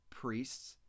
priests